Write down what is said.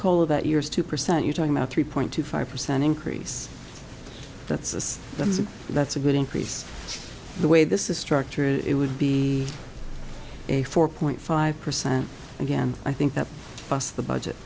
call about yours two percent you're talking about three point two five percent increase that's them so that's a good increase the way this is structured it would be a four point five percent again i think that bust the budget